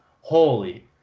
Holy